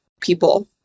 people